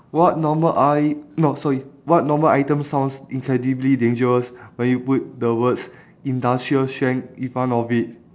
what normal i~ no sorry what normal item sounds incredibly dangerous when you put the words industrial strength in front of it